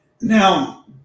Now